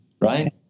right